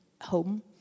home